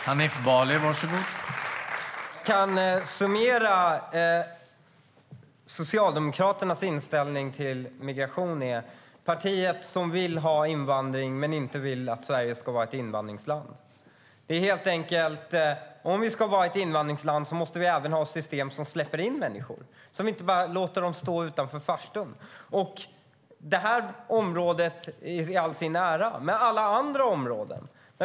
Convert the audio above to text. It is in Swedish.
Herr talman! Jag kan summera att Socialdemokraternas inställning till migration är: partiet som vill ha invandring men inte vill att Sverige ska vara ett invandringsland. Om vi ska vara ett invandringsland måste vi även ha system som släpper in människor och inte bara låter dem stå utanför farstun. Detta område i all sin ära, men vi har alla andra områden.